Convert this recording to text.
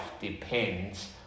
depends